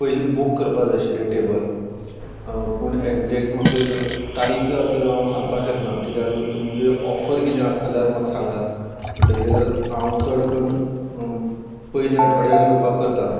पयली बूक करपाक जाय आशिल्लें टेबल पूण एग्जेक्ट म्हाका तारीख आता हांव सांगपाक शकना कित्याक तुमचें ऑफर कितें आसा जाल्यार म्हाका सांगात म्हणटकीर हांव चड कन्न पयल्या आठवड्यांत येवपाक करता